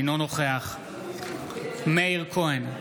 אינו נוכח מאיר כהן,